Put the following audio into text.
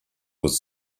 was